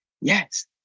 yes